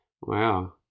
Wow